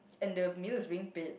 and the meal is being paid